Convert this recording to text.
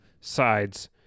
sides